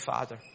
Father